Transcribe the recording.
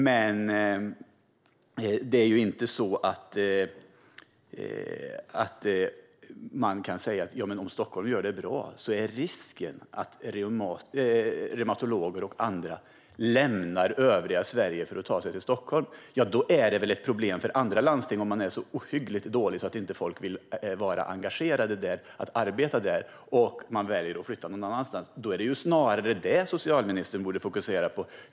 Men det är inte så att man kan säga att om det görs bra i Stockholm är risken att reumatologer och andra lämnar övriga Sverige för att arbeta i Stockholm. Då är det väl ett problem för andra landsting om de är så ohyggligt dåliga att folk inte vill arbeta där. Om man väljer att flytta någon annanstans är det väl snarare det som socialministern borde fokusera på.